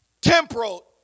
temporal